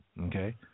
Okay